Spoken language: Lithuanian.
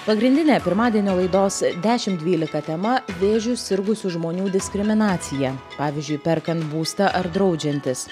pagrindinė pirmadienio laidos dešimt dvylika tema vėžiu sirgusių žmonių diskriminacija pavyzdžiui perkant būstą ar draudžiantis